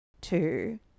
two